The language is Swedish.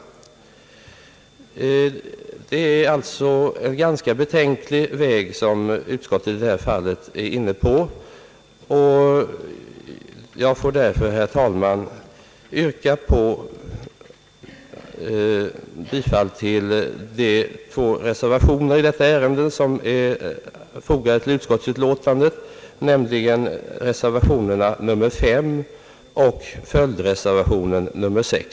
Det är alltså en ganska betänklig väg som utskottet i detta fall är inne på. Därför vill jag, herrr talman, yrka bifall till reservation V vid tredje lagutskottets utlåtande nr 50 och även till följdreservationen nr VI.